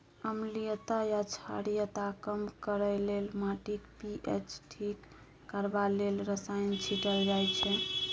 अम्लीयता या क्षारीयता कम करय लेल, माटिक पी.एच ठीक करबा लेल रसायन छीटल जाइ छै